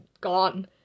gone